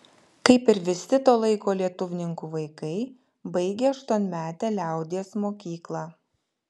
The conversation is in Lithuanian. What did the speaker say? kaip ir visi to laiko lietuvininkų vaikai baigė aštuonmetę liaudies mokyklą